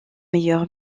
meilleur